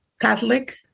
Catholic